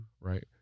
right